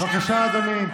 בבקשה, אדוני.